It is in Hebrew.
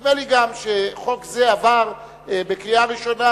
נדמה לי גם שחוק זה עבר בקריאה ראשונה,